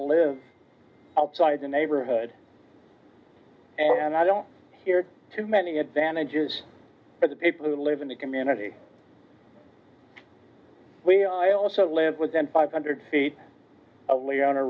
live outside the neighborhood and i don't hear too many advantages for the people who live in the community we also live within five hundred feet away on a